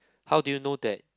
how do you know that